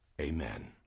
amen